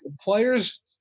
players